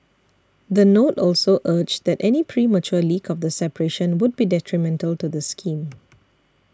the note also urged that any premature leak of the separation would be detrimental to the scheme